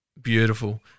Beautiful